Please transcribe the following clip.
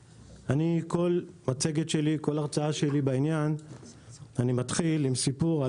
בכל הרצאה שלי בעניין אני מתחיל עם סיפור על